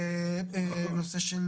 נושא של